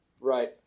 right